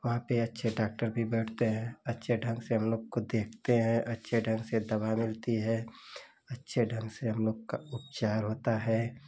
वहाँ पर अच्छे डॉक्टर भी बैठते हैं अच्छे ढंग से हमलोग को देखते हैं अच्छी ढंग से दवा मिलती है अच्छे ढंग से हमलोग का उपचार होता है